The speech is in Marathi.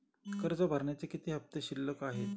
कर्ज भरण्याचे किती हफ्ते शिल्लक आहेत?